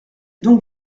donc